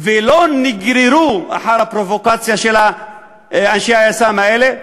ולא נגררו אחר הפרובוקציה של אנשי היס"מ האלה.